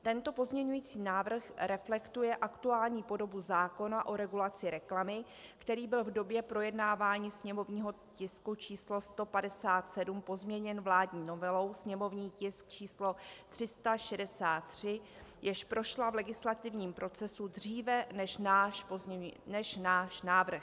Tento pozměňovací návrh reflektuje aktuální podobu zákona o regulaci reklamy, který byl v době projednávání sněmovního tisku 157 pozměněn vládní novelou, sněmovní tisk 363, jež prošla v legislativním procesu dříve než náš návrh.